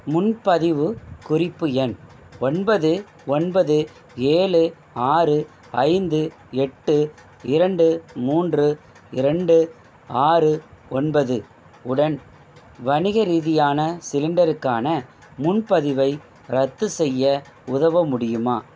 முன்பதிவு குறிப்பு எண் ஒன்பது ஒன்பது ஏழு ஆறு ஐந்து எட்டு இரண்டு மூன்று இரண்டு ஆறு ஒன்பது உடன் வணிக ரீதியான சிலிண்டருக்கான முன்பதிவை ரத்து செய்ய உதவ முடியுமா